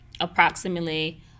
approximately